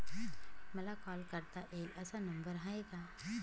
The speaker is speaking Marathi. मला कॉल करता येईल असा नंबर आहे का?